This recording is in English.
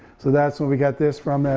so that's where we got this from,